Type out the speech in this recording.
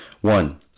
one